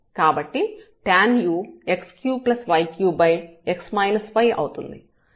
కాబట్టి tanu x3y3x y అవుతుంది